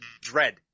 Dread